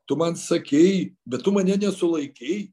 tu man sakei bet tu mane nesulaikei